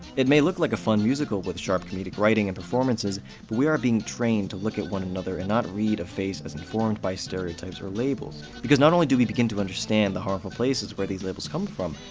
it may look like a fun musical with sharp comedic writing and performances, but we are being trained to look at one another and not read a face as informed by stereotypes or labels, because not only do we begin to understand the harmful places where these labels come from,